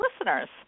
listeners